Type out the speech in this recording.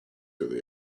through